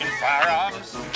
firearms